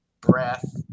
breath